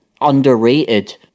underrated